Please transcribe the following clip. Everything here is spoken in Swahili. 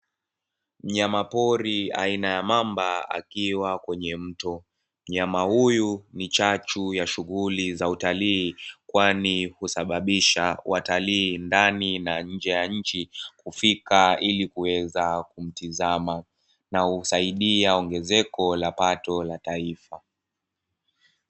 Mnyama pori aina ya mamba akiwa kwenye mto, mnyama huyu ni chachu ya shughuli za utalii, kwani husababisha watalii ndani na nje ya nchi kufika ili kuweza kumtizama, na husaidia ongezeko la pato la taifa.